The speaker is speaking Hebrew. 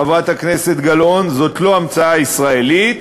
חברת הכנסת גלאון, זאת לא המצאה ישראלית